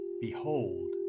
Behold